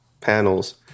panels